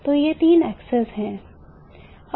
तो तीन अक्ष हैं